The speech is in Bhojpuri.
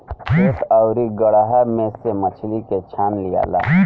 खेत आउरू गड़हा में से मछली के छान लियाला